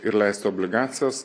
ir leisti obligacijas